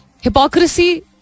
hypocrisy